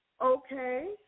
Okay